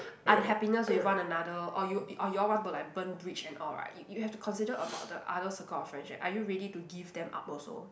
unhappiness with one another or you or you all want to like burn bridge and all right you you have to consider about the other circle of friends leh are you ready to give them up also